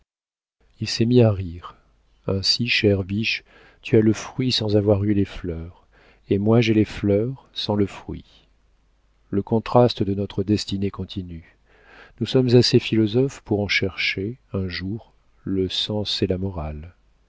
il s'est mis à rire ainsi chère biche tu as le fruit sans avoir eu les fleurs et moi j'ai les fleurs sans le fruit le contraste de notre destinée continue nous sommes assez philosophes pour en chercher un jour le sens et la morale